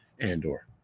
Andor